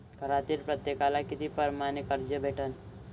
घरातील प्रत्येकाले किती परमाने कर्ज भेटन?